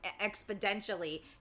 exponentially